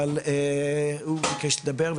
אבל הוא מבקש לדבר.